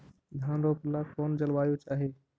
धान रोप ला कौन जलवायु चाही?